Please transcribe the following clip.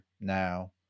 now